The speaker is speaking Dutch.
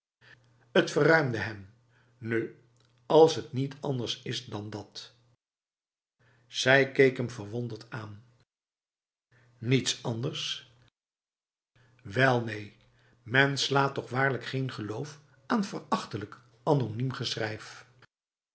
het verruimde hem nu als het niet anders is dan dat zij keek hem verwonderd aan niets anders wel neen men slaat toch waarlijk geen geloof aan verachtelijk